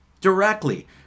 directly